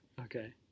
okay